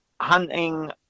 hunting